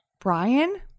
Brian